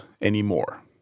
anymore